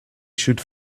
should